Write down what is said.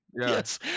Yes